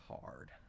hard